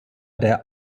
der